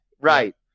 Right